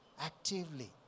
actively